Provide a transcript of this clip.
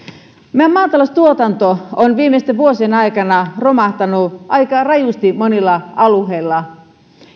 meidän maataloustuotanto on viimeisten vuosien aikana romahtanut aika rajusti monilla alueilla